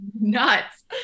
nuts